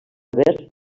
ver